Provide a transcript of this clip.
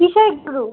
কীসের গ্রুপ